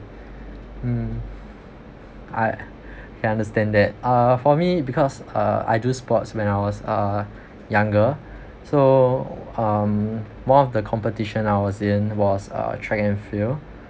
mm I can understand that uh for me because uh I do sports when I was uh younger so um one of the competition I was in was uh track and field